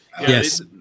Yes